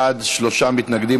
32 בעד, שלושה מתנגדים.